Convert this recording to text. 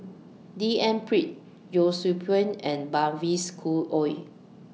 D N Pritt Yee Siew Pun and Mavis Khoo Oei